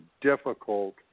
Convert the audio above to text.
difficult